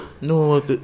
No